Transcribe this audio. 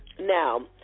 Now